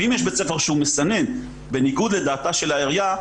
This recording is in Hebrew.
ואם יש בית ספר שהוא מסנן בניגוד לדעתה של העירייה,